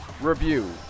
review